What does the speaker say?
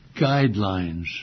guidelines